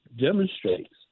demonstrates